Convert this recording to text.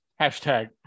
Hashtag